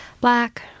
black